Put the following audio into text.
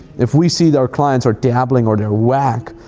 if we see that our clients are dabbling or they're wack,